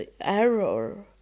error